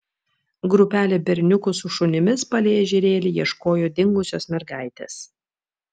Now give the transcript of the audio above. grupelė berniukų su šunimis palei ežerėlį ieškojo dingusios mergaitės